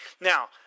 Now